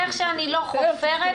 איך שאני לא חופרת,